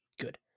Good